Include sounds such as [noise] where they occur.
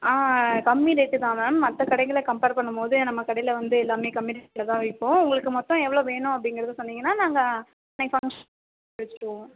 ஆ கம்மி ரேட்டு தான் மேம் மற்ற கடைகளில் கம்பேர் பண்ணும்போது நம்ம கடையில வந்து எல்லாமே கம்மி ரேட்ல தான் விற்போம் உங்களுக்கு மொத்தம் எவ்வளோ வேணும் அப்படிங்கறத சொன்னிங்கன்னா நாங்கள் [unintelligible] வச்சுடுவோம்